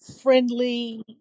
friendly